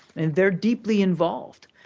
they're deeply involved.